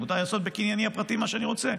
מותר לי לעשות בקנייני הפרטי מה שאני רוצה.